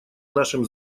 нашем